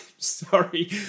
sorry